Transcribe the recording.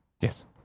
Yes